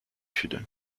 sud